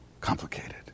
Complicated